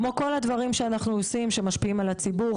כמו כל הדברים שאנחנו עושים שמשפיעים על הציבור,